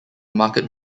market